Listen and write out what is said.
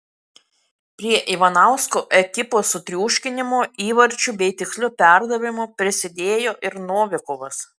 prie ivanausko ekipos sutriuškinimo įvarčiu bei tiksliu perdavimu prisidėjo ir novikovas